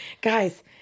Guys